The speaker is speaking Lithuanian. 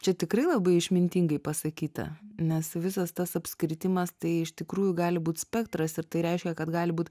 čia tikrai labai išmintingai pasakyta nes visas tas apskritimas tai iš tikrųjų gali būt spektras ir tai reiškia kad gali būt